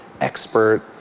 expert